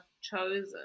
chosen